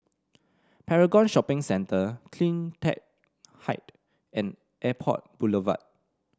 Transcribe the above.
Paragon Shopping Centre CleanTech Height and Airport Boulevard